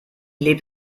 lebt